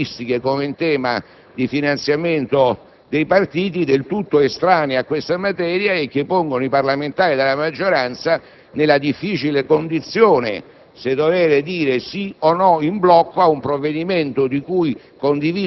o di *spoils system* o di analoghe caratteristiche come il tema di finanziamento dei partiti, del tutto estranee a questa materia e che pongono i parlamentari della maggioranza nella difficile condizione